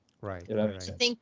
Right